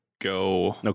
go